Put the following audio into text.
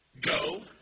Go